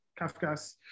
Kafkas